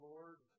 Lord